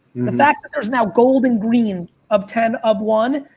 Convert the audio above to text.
the fact that there's now golden green of ten of one.